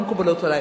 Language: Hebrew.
הן לא מקובלות עלי.